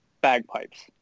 bagpipes